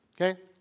Okay